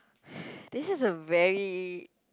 this is a very